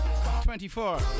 24